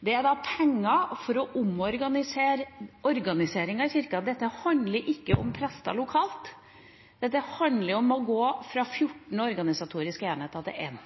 Dette er da penger for å omorganisere organiseringen i Kirken. Dette handler ikke om prester lokalt, dette handler om å gå fra 14 organisatoriske enheter til